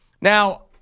Now –